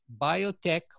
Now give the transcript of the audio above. biotech